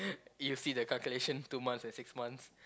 you see the calculations two months and six months